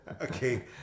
okay